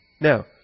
Now